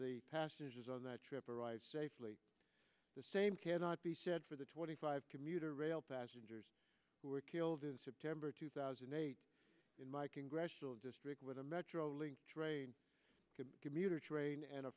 the passengers on that trip arrived safely the same cannot be said for the twenty five commuter rail passengers who were killed in september two thousand and eight in my congressional district with a metrolink train a commuter train and a